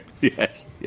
yes